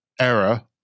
era